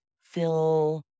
fill